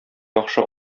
яхшы